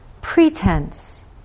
pretense